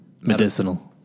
Medicinal